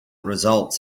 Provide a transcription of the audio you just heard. results